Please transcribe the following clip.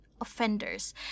offenders